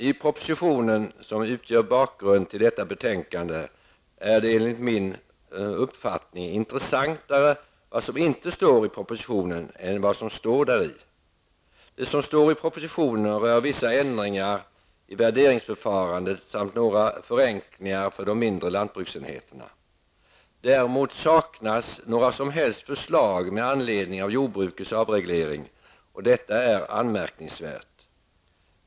Enligt min uppfattning är det som inte står i den proposition som utgör bakgrund till detta betänkande intressantare än det som står där. Det som står i propositionen rör vissa ändringar i värderingsförfarandet samt några förenklingar för de mindre lantbruksenheterna. Däremot finns inte några som helst förslag med anledning av jordbrukets avreglering, och detta är anmärkningsvärt.